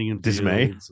dismay